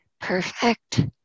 perfect